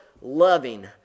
loving